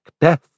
death